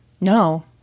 No